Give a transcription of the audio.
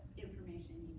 information